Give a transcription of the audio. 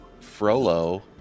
Frollo